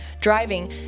driving